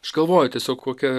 aš galvoju tiesiog kokia